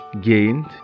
gained